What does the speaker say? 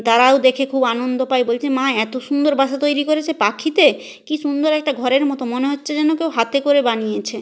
তারাও দেখে খুব আনন্দ পায় বলছে মা এত সুন্দর বাসা তৈরি করেছে পাখিতে কী সুন্দর একটা ঘরের মতো মনে হচ্ছে যেন কেউ হাতে করে বানিয়েছে